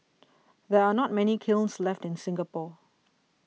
there are not many kilns left in Singapore